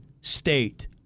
state